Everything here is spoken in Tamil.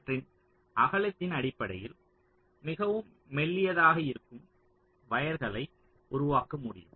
அவற்றின் அகலத்தின் அடிப்படையில் மிகவும் மெல்லியதாக இருக்கும் வயர்களை உருவாக்க முடியும்